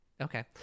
Okay